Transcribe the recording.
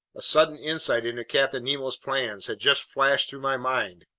a sudden insight into captain nemo's plans had just flashed through my mind.